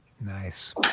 Nice